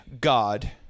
God